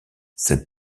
cette